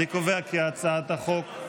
אני קובע כי הצעת החוק,